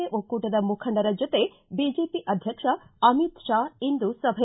A ಒಕ್ಕೂಟದ ಮುಖಂಡರ ಜೊತೆ ಬಿಜೆಪಿ ಅಧ್ಯಕ್ಷ ಅಮಿತ್ ಶಾ ಇಂದು ಸಭೆ